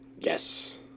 Yes